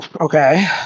Okay